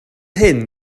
hyn